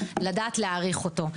לדעת להעריך אותו.